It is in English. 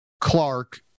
Clark